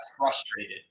frustrated